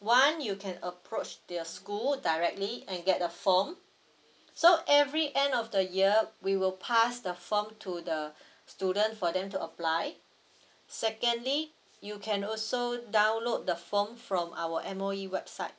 one you can approach to your school directly and get the form so every end of the year we will pass the form to the student for them to apply secondly you can also download the form from our M_O_E website